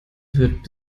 wird